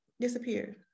disappeared